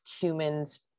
humans